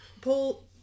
Paul